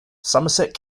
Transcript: somerset